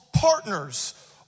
partners